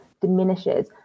diminishes